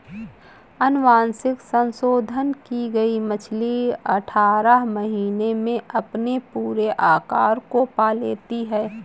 अनुवांशिक संशोधन की गई मछली अठारह महीने में अपने पूरे आकार को पा लेती है